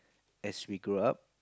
as we grow up